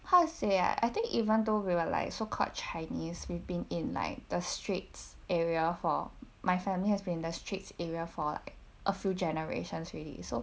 how to say ah I think even though we were like so called chinese we've been in like the straits area for my family has been in the straits area for like a few generations already so